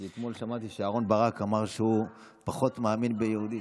כי אתמול שמעתי שאהרן ברק אמר שהוא פחות מאמין ביהודית.